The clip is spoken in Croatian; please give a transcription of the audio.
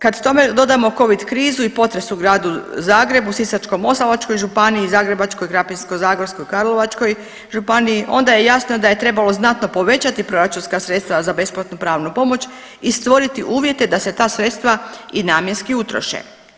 Kad tome dodamo Covid krizu i potres u Gradu Zagrebu, Sisačko-moslavačkoj županiji i Zagrebačkoj, Krapinsko-zagorskoj, Karlovačkoj županiji onda je jasno da je trebalo znatno povećati proračunska sredstva za besplatnu pravnu pomoć i stvoriti uvjete da se ta sredstva i namjenski utroše.